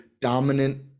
dominant